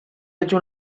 hecho